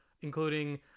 including